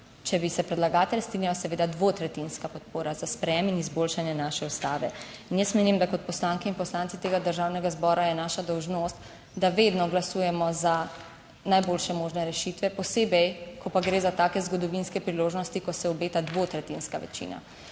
če bi se predlagatelj strinjal, seveda dvotretjinska podpora za sprejem in izboljšanje naše Ustave. In jaz menim, da kot poslanke in poslanci tega Državnega zbora je naša dolžnost, da vedno glasujemo za najboljše možne rešitve, posebej ko pa gre za take zgodovinske priložnosti, ko se obeta dvotretjinska večina.